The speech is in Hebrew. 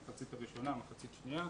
המחצית הראשונה, המחצית השנייה.